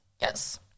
yes